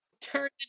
turns